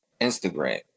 Instagram